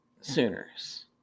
Sooners